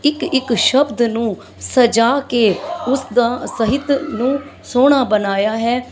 ਇੱਕ ਇੱਕ ਸ਼ਬਦ ਨੂੰ ਸਜਾ ਕੇ ਉਸਦੇ ਸਹਿਤ ਨੂੰ ਸੋਹਣਾ ਬਣਾਇਆ ਹੈ